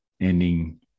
ending